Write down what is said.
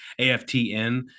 AFTN